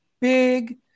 big